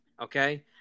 okay